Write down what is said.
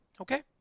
Okay